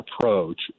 approach